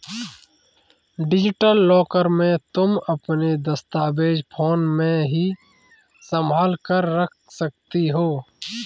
digital locker में तुम अपने दस्तावेज फोन में ही संभाल कर रख सकती हो